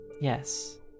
Yes